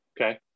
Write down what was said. okay